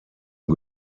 und